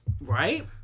Right